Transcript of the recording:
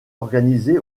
organisé